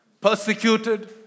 persecuted